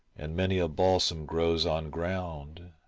and many a balsam grows on ground.